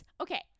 okay